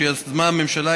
שיזמה הממשלה,